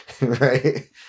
right